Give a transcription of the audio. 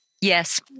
yes